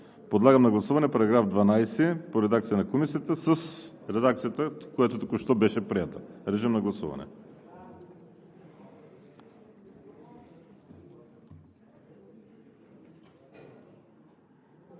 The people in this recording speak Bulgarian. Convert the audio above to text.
Подлагам на гласуване § 12 по редакция на Комисията с редакцията, която току-що беше приета. Гласували